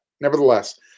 Nevertheless